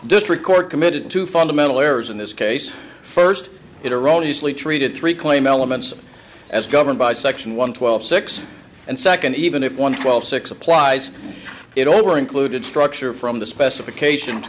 district court committed two fundamental errors in this case first it a role usually treated three claim elements as governed by section one twelve six and second even if one twelve six applies it all were included structure from the specification